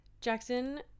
Jackson